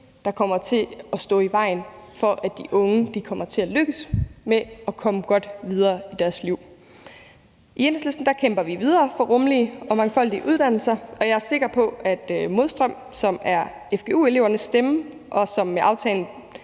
der kommer til at stå i vejen for, at de unge kommer til at lykkes med at komme godt videre i deres liv. I Enhedslisten kæmper vi videre for rummelige og mangfoldige uddannelser, og jeg er sikker på, at Modstrøm, som er fgu-elevernes stemme, og som med aftalen